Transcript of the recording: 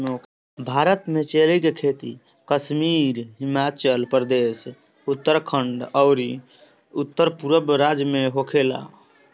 भारत में चेरी के खेती कश्मीर, हिमाचल प्रदेश, उत्तरखंड अउरी उत्तरपूरब राज्य में होखेला